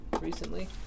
recently